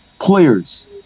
players